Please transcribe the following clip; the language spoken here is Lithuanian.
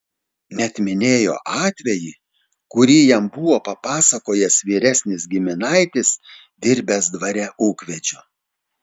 net minėjo atvejį kurį jam buvo papasakojęs vyresnis giminaitis dirbęs dvare ūkvedžiu